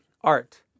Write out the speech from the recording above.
art